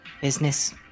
business